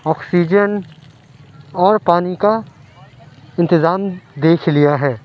oxygen اور پانی کا انتظام دیکھ لیا ہے